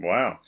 Wow